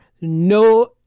no